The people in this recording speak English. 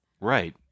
Right